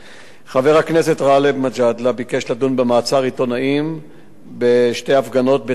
חבר הכנסת גאלב מג'אדלה ביקש לדון במעצר עיתונאים בשתי הפגנות בתל-אביב.